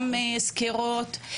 גם סקירות,